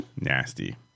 Nasty